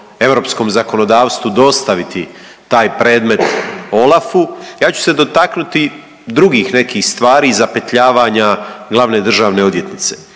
europskom zakonodavstvu dostaviti taj predmet OLAF-u. Ja ću se dotaknuti drugih nekih stvari, zapetljavanja glavne državne odvjetnice.